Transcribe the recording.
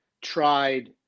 tried